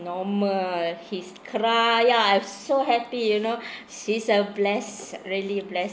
normal his cry ya I'm so happy you know he's a bless really bless